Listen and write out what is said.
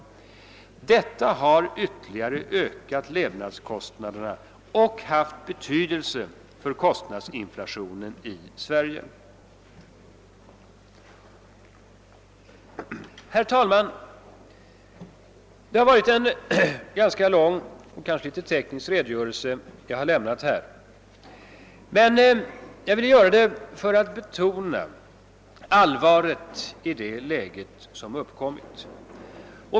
Detta har ytterligare ökat levnadskostnaderna och haft betydelse för kostnadsinflationen i Sverige.» Herr talman! Jag har här lämnat en ganska lång och kanske något teknisk redogörelse, men jag har velat göra det för att betona allvaret i det läge som har uppkommit.